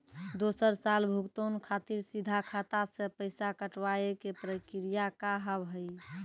दोसर साल भुगतान खातिर सीधा खाता से पैसा कटवाए के प्रक्रिया का हाव हई?